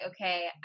okay